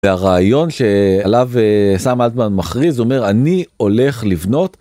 והרעיון שעליו Sam Altman מכריז אומר אני הולך לבנות.